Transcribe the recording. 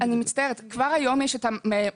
אני מצטערת אבל כבר היום יש את המנגנונים